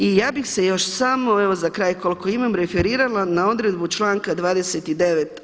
I ja bih se još samo evo za kraj koliko imam referirala na odredbu članka 29.